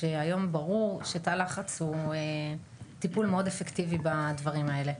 כשהיום ברור שתא לחץ הוא טיפול מאוד אפקטיבי בדברים האלה,